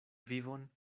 vivon